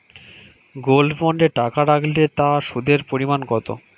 Gold বন্ডে টাকা রাখলে তা সুদের পরিমাণ কত?